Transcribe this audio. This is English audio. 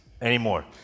Anymore